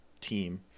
team